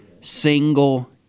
single